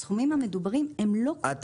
הסכומים המדוברים הם לא כל כך גדולים.